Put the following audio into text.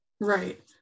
right